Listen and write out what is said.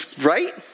Right